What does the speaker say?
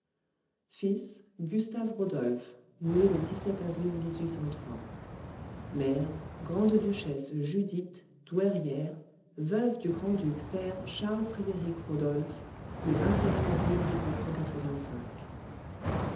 fils gustave rodolphe né le avril mère grande-duchesse judith douairière veuve du grand-duc père charles frédérik rodolphe le avril